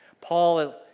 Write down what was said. Paul